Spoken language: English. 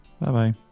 Bye-bye